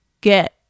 get